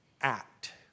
act